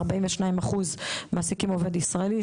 42% מעסיקים עובד ישראלי,